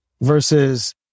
versus